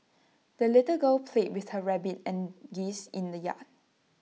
the little girl played with her rabbit and geese in the yard